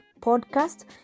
podcast